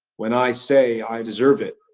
when i say i deserve it,